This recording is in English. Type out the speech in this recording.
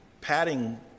padding